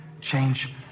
Change